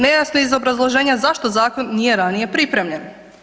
Nejasno je iz obrazloženja zašto zakon nije ranije pripremljen.